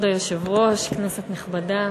כבוד היושב-ראש, כנסת נכבדה,